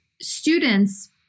students